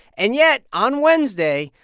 and yet, on wednesday,